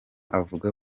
avuga